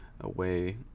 away